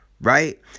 Right